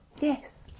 Yes